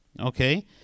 okay